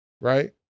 right